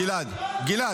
גלעד, גלעד.